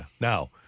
Now